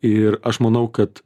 ir aš manau kad